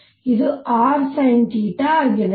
ಇದು rsinθ ಆಗಿದೆ